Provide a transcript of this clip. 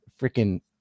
freaking